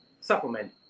Supplement